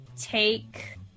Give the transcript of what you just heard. take